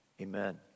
Amen